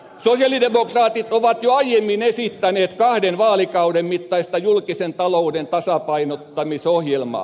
sosialidemokraatit ovat jo aiemmin esittäneet kahden vaalikauden mittaista julkisen talouden tasapainottamisohjelmaa